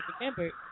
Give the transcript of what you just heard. remember